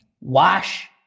Wash